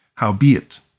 Howbeit